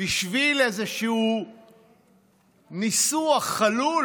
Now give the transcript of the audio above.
בשביל איזשהו ניסוח חלול